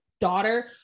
daughter